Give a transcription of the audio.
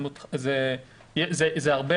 זאת הרבה